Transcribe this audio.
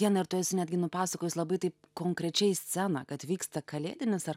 diana ir tu esi netgi nupasakojus labai taip konkrečiai sceną kad vyksta kalėdinis ar